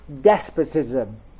despotism